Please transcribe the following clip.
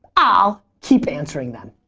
ah keep answering them.